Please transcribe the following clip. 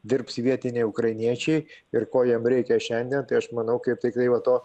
dirbs vietiniai ukrainiečiai ir ko jiem reikia šiandien tai aš manau kaip tiktai va to